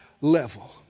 level